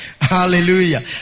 Hallelujah